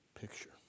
picture